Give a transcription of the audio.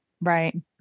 right